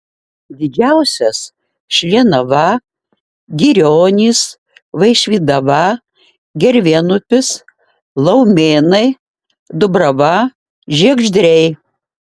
didžiausias šlienava girionys vaišvydava gervėnupis laumėnai dubrava žiegždriai